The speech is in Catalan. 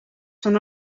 són